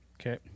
okay